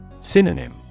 Synonym